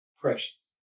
Precious